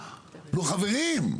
נו, חברים.